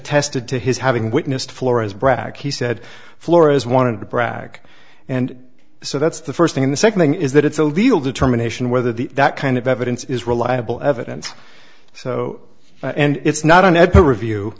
attested to his having witnessed flores brack he said flores wanted to brag and so that's the first thing in the second thing is that it's a legal determination whether the that kind of evidence is reliable evidence so and it's not an ad to review